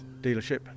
dealership